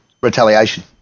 retaliation